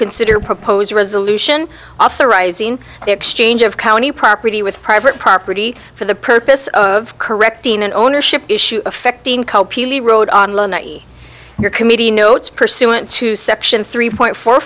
consider propose a resolution authorizing the exchange of county property with private property for the purpose of correcting an ownership issue affecting the road on your committee notes pursuant to section three point four